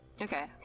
Okay